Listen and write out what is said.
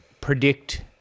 predict